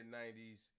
90s